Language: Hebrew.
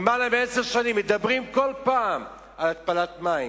למעלה מעשר שנים מדברים כל פעם על התפלת מים,